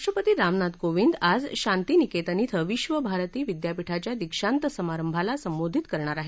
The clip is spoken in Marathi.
राष्ट्रपती राम नाथ कोविंद आज शांतीनिकेतन ब्रें विद्व भारती विद्यापीठाच्या दीक्षांत समारंभाला संबोधित करणार आहेत